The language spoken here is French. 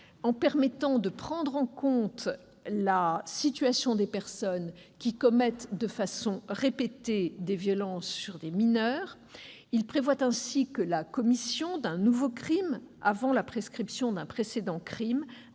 en permettant de prendre en compte la situation des personnes commettant de façon répétée des violences sur les mineurs. Il prévoit ainsi que la commission d'un nouveau crime avant la prescription d'un précédent crime